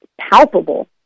palpable